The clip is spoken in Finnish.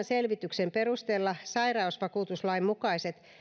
selvityksen perusteella sairausvakuutuslain mukaiset